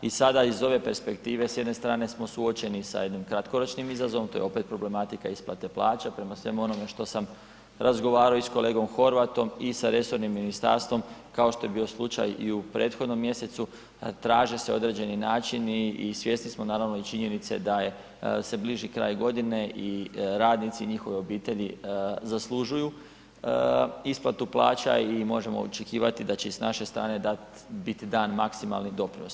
I sada iz ove perspektive s jedne strane smo suočeni sa jednim kratkoročnim izazovom, to je opet problematika isplate plaća prema svemu onome što sam razgovarao i sa kolegom Horvatom i sa resornim ministarstvom kao što je bio slučaj i u prethodnom mjesecu, traže se određeni načini i svjesni smo naravno i činjenice da se bliži kraj godine i radnici i njihove obitelji zaslužuju isplatu plaća i možemo očekivati da će i s naše strane biti dan maksimalni doprinos.